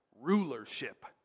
rulership